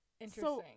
Interesting